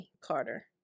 Carter